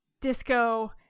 disco